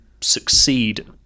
succeed